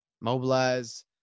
mobilize